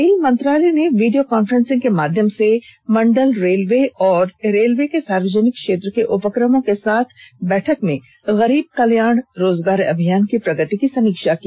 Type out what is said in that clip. rail मंत्रालय ने video conference के माध्यम से मंडल रेलवे और रेलवे के सार्वजनिक क्षेत्र के उपक्रमों के साथ बैठक में गरीब कल्याण रोजगार अभियान की प्रगति की समीक्षा की